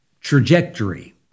trajectory